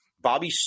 Bobby